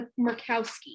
Murkowski